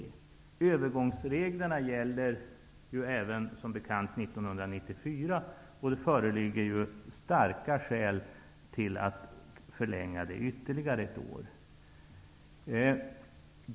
Övergångsreglerna gäller ju som bekant även för 1994, och det finns starka skäl att förlänga dessa ytterligare ett år.